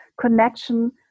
connection